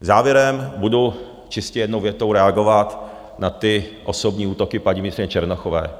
Závěrem budu čistě jednou větou reagovat na ty osobní útoky paní ministryně Černochové.